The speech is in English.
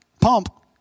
pump